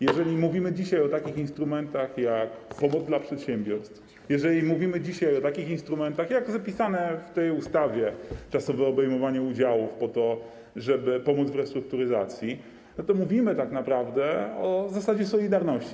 Jeżeli mówimy dzisiaj o takich instrumentach jak pomoc dla przedsiębiorstw, jeżeli mówimy dzisiaj o takich instrumentach jak zapisane w tej ustawie czasowe obejmowanie udziałów, po to żeby pomóc w restrukturyzacji, to mówimy tak naprawdę o zasadzie solidarności.